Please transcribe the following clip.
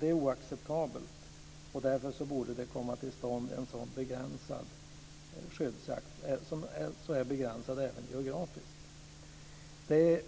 Det är oacceptabelt. Därför borde det komma till stånd en geografiskt begränsad skyddsjakt. Det är